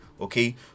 Okay